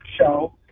show